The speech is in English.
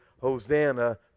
Hosanna